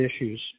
issues